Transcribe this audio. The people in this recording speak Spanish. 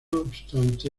obstante